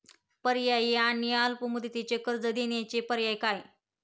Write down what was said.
पर्यायी आणि अल्प मुदतीचे कर्ज देण्याचे पर्याय काय?